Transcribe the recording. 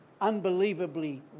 unbelievably